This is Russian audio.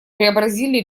преобразили